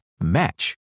match